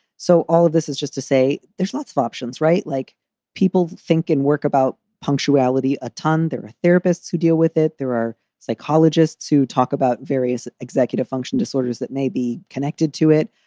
so all of this is just to say there's lots of options, right. like people think and work about punctuality a ton. there are therapists who deal with it. there are psychologists who talk about various executive function disorders that may be connected to it.